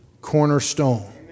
cornerstone